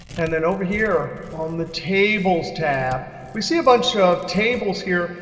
and then over here on the tables tab, we see a bunch of tables here.